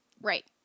Right